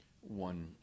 one